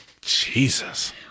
Jesus